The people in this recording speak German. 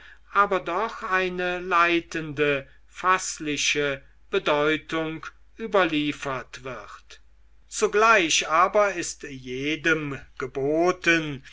aber doch eine leitende faßliche bedeutung überliefert wird zugleich aber ist jedem geboten